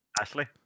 Ashley